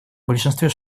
большинстве